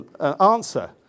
answer